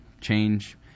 change